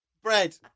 Bread